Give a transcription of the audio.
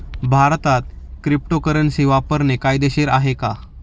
भारतात क्रिप्टोकरन्सी वापरणे कायदेशीर आहे का?